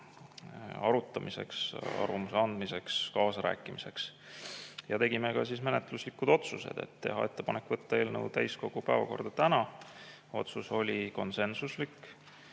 arutamiseks, arvamuse andmiseks ja kaasarääkimiseks. Ja tegime ka menetluslikud otsused: teha ettepanek võtta eelnõu täiskogu päevakorda tänaseks (otsus oli konsensuslik),